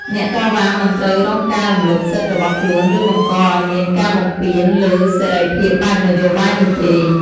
អ្នកតវ៉ាមិនត្រូវរងការរំលោភសិទ្ធិរបស់ខ្លួន ឬបង្កឱ្យមានការបំពានលើសេរីភាពបែបនយោបាយនោះទេ។